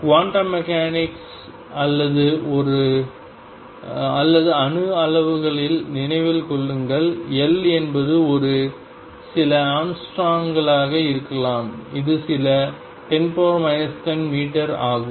quantum mechanics அல்லது அணு அளவுகளில் நினைவில் கொள்ளுங்கள் L என்பது ஒரு சில ஆங்ஸ்ட்ராம்களாக இருக்கலாம் இது சில 10 10 மீட்டர் ஆகும்